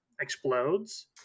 explodes